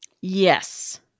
Yes